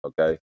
okay